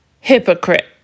hypocrite